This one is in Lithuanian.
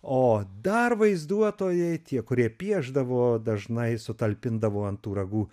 o dar vaizduotojai tie kurie piešdavo dažnai sutalpindavo ant tų ragų